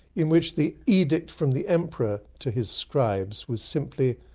in which the edict from the emperor to his scribes was simply,